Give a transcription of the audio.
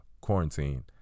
quarantine